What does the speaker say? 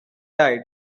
died